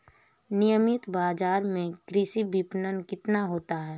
नियमित बाज़ार में कृषि विपणन कितना होता है?